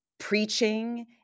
preaching